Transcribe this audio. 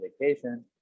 vacation